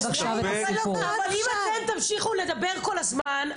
אם אתם תמשיכו לדבר כל הזמן,